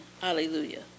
hallelujah